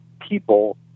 people